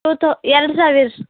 to thou ಎರಡು ಸಾವಿರ